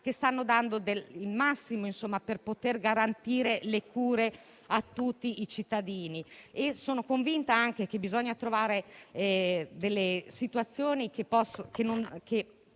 che stanno dando il massimo per garantire le cure a tutti i cittadini. Sono convinta che bisogna trovare delle soluzioni che